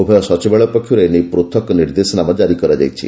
ଉଭୟ ସଚିବାଳୟ ପକ୍ଷରୁ ଏ ନେଇ ପୃଥକ ନିର୍ଦ୍ଦେଶନାମା ଜାରି କରାଯାଇଛି